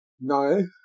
No